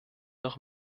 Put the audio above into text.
noch